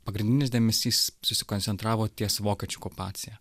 pagrindinis dėmesys susikoncentravo ties vokiečių okupacija